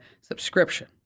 subscription